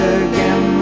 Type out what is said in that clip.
again